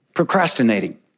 Procrastinating